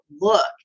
look